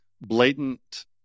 blatant